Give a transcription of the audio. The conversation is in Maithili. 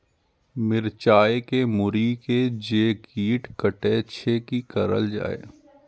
मिरचाय के मुरी के जे कीट कटे छे की करल जाय?